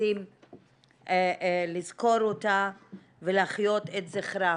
מנסים לזכור אותה ולהחיות את זכרה.